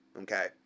okay